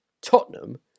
Tottenham